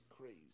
crazy